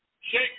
Shake